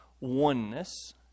oneness